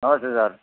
ನಮಸ್ತೆ ಸಾರ್